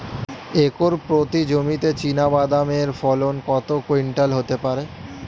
Acre প্রতি জমিতে চীনাবাদাম এর ফলন কত কুইন্টাল হতে পারে?